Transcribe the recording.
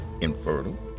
infertile